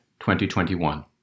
2021